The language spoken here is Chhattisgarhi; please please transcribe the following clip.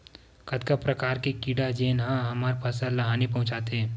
कतका प्रकार के कीड़ा जेन ह हमर फसल ल हानि पहुंचाथे?